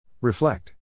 Reflect